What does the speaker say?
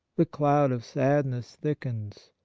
the cloud of sadness thickens.